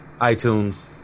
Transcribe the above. iTunes